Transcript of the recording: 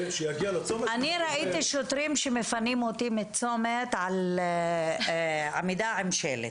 אני ראיתי שוטרים שמפנים אותי מצומת על עמידה עם שלט,